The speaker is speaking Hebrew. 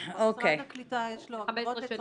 15 שנים.